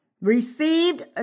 received